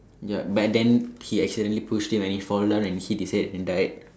ya but then he accidentally pushed him and he fall down and he decided to die